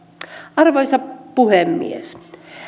arvoisa puhemies